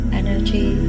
energy